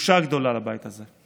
בושה גדולה לבית הזה.